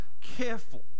careful